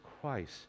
christ